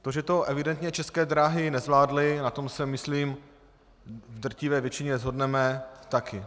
To, že to evidentně České dráhy nezvládly, na tom se v drtivé většině shodneme taky.